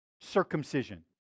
circumcision